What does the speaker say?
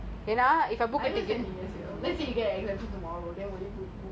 are you going to book the tickets ya